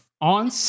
On